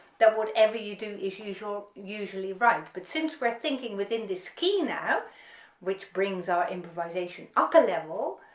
that whatever you do is usual usually right but since we're thinking within this key now which brings our improvisation up a level,